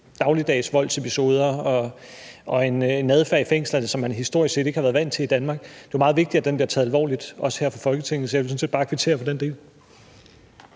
dagligdags voldsepisoder og en adfærd i fængslerne, som man historisk set ikke har været vant til i Danmark. Det er jo meget vigtigt, at det bliver taget alvorligt, også her fra Folketingets side. Så jeg vil sådan set bare kvittere for den del.